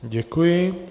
Děkuji.